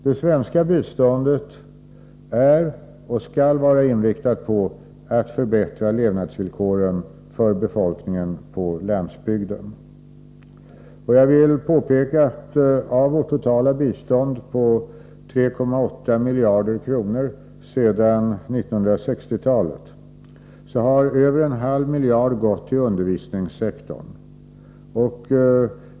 Det svenska biståndet är — och skall vara — inriktat på att förbättra levnadsvillkoren för befolkningen på landsbygden. Av vårt totala bistånd på 3,8 miljarder kronor sedan 1960-talet har över en halv miljard gått till undervisningssektorn.